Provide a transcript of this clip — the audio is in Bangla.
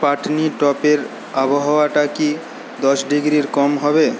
পাটনিটপের আবহাওয়াটা কি দশ ডিগ্রির কম হবে